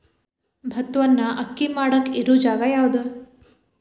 ಭತ್ತವನ್ನು ಅಕ್ಕಿ ಮಾಡಾಕ ಇರು ಜಾಗ ಯಾವುದು?